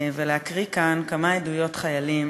ולהקריא כאן כמה עדויות חיילים